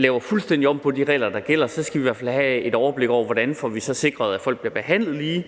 laver fuldstændig om på de regler, der gælder, skal vi i hvert fald have et overblik over, hvordan vi så får sikret, at folk bliver behandlet lige,